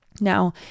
Now